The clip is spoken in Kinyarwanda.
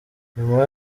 nyuma